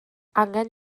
angen